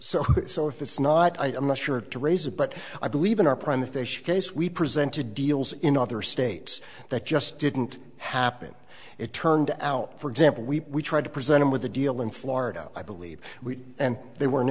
so so if it's not i'm not sure to raise it but i believe in our prime the fish case we presented deals in other states that just didn't happen it turned out for example we tried to present him with a deal in florida i believe we and they were